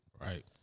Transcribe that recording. Right